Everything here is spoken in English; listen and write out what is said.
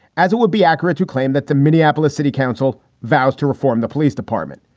as it would be accurate to claim that the minneapolis city council vows to reform the police department,